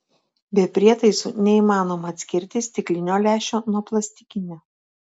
be prietaisų neįmanoma atskirti stiklinio lęšio nuo plastikinio